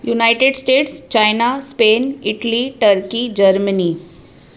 United States China Spain Italy turkey journey